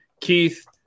Keith